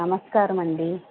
నమస్కారమండి